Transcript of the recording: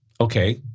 okay